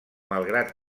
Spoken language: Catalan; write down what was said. malgrat